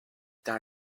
dans